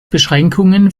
beschränkungen